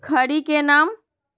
खड़ी के नाम?